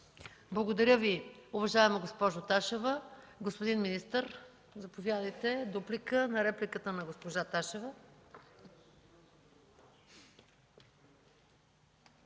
Благодаря Ви, уважаема госпожо Ташева. Господин министър, заповядайте за дуплика на репликата на госпожа Ташева.